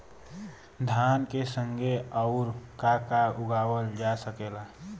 धान के संगे आऊर का का उगावल जा सकेला?